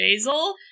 Basil